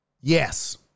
Yes